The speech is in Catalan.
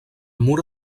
mur